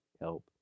help